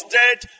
dead